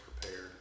prepared